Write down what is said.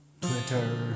Twitter